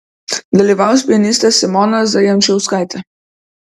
dalyvaus pianistė simona zajančauskaitė